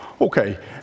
Okay